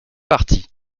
partie